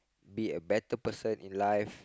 be a better person in life